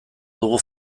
dugu